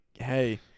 hey